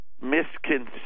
misconception